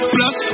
Plus